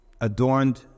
adorned